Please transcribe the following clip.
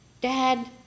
Dad